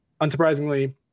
unsurprisingly